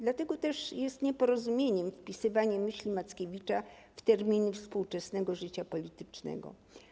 Dlatego też jest nieporozumieniem wpisywanie myśli Mackiewicza w terminy współczesnego życia politycznego.